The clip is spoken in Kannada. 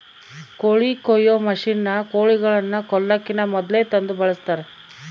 ಕೋಳಿ ಕೊಯ್ಯೊ ಮಷಿನ್ನ ಕೋಳಿಗಳನ್ನ ಕೊಲ್ಲಕಿನ ಮೊದ್ಲೇ ತಂದು ಬಳಸ್ತಾರ